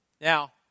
Now